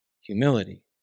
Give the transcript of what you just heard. humility